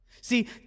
See